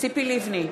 ציפי לבני,